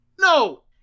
No